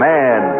Man